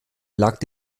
lag